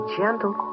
gentle